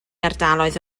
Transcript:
ardaloedd